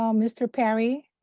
um mr. perry,